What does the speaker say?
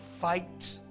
fight